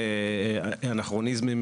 נכון.